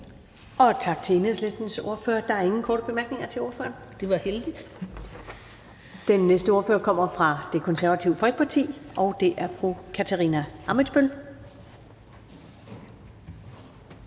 Tak til Enhedslistens ordfører. Der er ingen korte bemærkninger til ordføreren. (Jette Gottlieb (EL): Det var heldigt). Den næste ordfører kommer fra Det Konservative Folkeparti, og det er fru Kathrine Ammitzbøll,